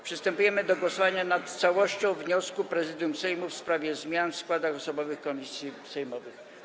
Przystępujemy do głosowania nad całością wniosku Prezydium Sejmu w sprawie zmian w składach osobowych komisji sejmowych.